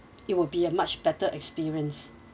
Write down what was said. it will be a much better experience